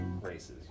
races